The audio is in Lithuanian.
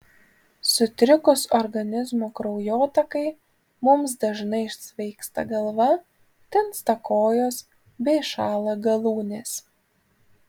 sutrikus organizmo kraujotakai mums dažnai svaigsta galva tinsta kojos bei šąla galūnės